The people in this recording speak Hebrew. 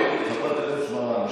מסית אחד.